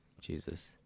Jesus